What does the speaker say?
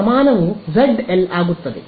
ಸಮಾನವು ZL ಆಗುತ್ತದೆ